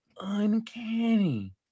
Uncanny